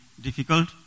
difficult